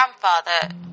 grandfather